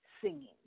singing